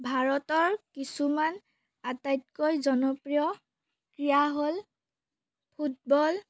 ভাৰতৰ কিছুমান আটাইতকৈ জনপ্ৰিয় ক্ৰীড়া হ'ল ফুটবল